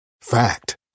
Fact